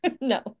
No